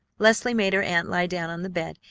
leslie made her aunt lie down on the bed,